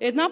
Една